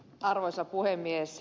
arvoisa puhemies